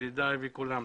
ידידיי וכולם.